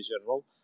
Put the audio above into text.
general